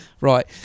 Right